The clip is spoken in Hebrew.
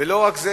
ולא רק זה,